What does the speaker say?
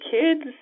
kids